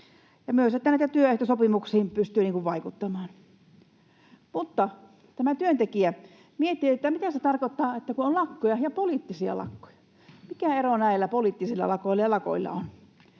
ja myös, että näihin työehtosopimuksiin pystyy vaikuttamaan. Mutta tämä työntekijä mietti, mitä se tarkoittaa, että on lakkoja ja poliittisia lakkoja, mikä ero näillä poliittisilla lakoilla ja lakoilla on.